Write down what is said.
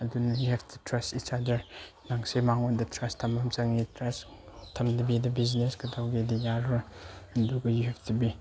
ꯑꯗꯨꯅ you help to trust it's other ꯅꯪꯁꯦ ꯃꯉꯣꯟꯗ ꯇ꯭ꯔꯁ ꯊꯝꯕ ꯑꯃ ꯆꯪꯉꯤ ꯇ꯭ꯔꯁ ꯊꯝꯗꯕꯤꯗ ꯕꯤꯖꯤꯅꯦꯁ ꯈꯛ ꯇꯧꯒꯦꯗꯤ ꯌꯥꯔꯔꯣꯏ ꯑꯗꯨꯒ ꯌꯨ ꯍꯦꯞ ꯇꯨ ꯕꯤ